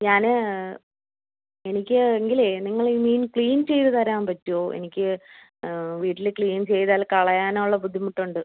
ഞാൻ എനിക്ക് എങ്കിലെ നിങ്ങൾ ഈ മീൻ ക്ലീൻ ചെയ്ത് തരാൻ പറ്റുമോ എനിക്ക് വീട്ടിൽ ക്ലീൻ ചെയ്താൽ കളയാനുള്ള ബുദ്ധിമുട്ടുണ്ട്